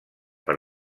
per